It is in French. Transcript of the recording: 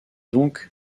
donc